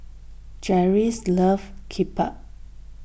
Jeryl loves Kimbap